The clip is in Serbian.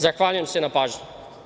Zahvaljujem se na pažnji.